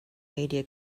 media